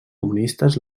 comunistes